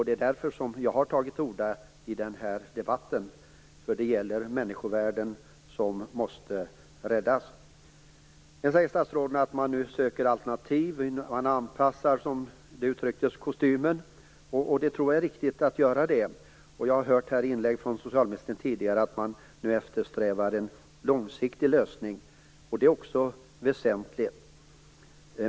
Det är därför som jag har tagit till orda i den här debatten. Här gäller det människovärden som måste räddas. Sedan sade statsrådet att man nu söker alternativ och försöker att - som det uttrycktes - anpassa kostymen. Det är nog viktigt att göra det. Jag har tidigare hört inlägg från socialministern om att man eftersträvar en långsiktig lösning, och det är också väsentligt.